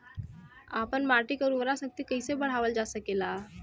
आपन माटी क उर्वरा शक्ति कइसे बढ़ावल जा सकेला?